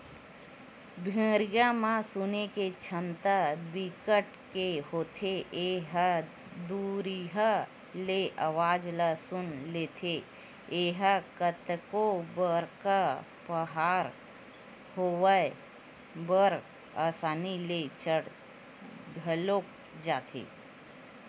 भेड़िया म सुने के छमता बिकट के होथे ए ह दुरिहा ले अवाज ल सुन लेथे, ए ह कतको बड़का पहाड़ होवय बड़ असानी ले चढ़ घलोक जाथे